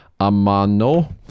amano